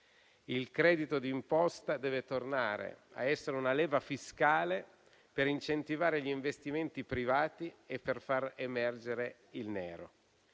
Il credito d'imposta deve tornare ad essere una leva fiscale per incentivare gli investimenti privati e per far emergere il nero.